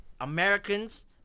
Americans